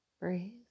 Breathe